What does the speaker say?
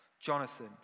Jonathan